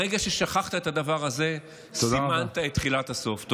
ברגע ששכחת את הדבר הזה, סימנת את תחילת הסוף.